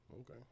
Okay